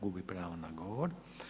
Gubi pravo na govor.